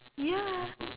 ya